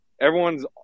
everyone's